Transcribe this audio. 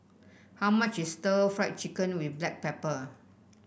how much is Stir Fried Chicken with Black Pepper